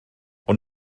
ond